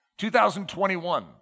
2021